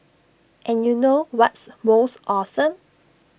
and you know what's most awesome